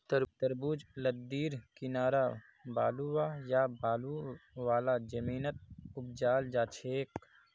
तरबूज लद्दीर किनारअ बलुवा या बालू वाला जमीनत उपजाल जाछेक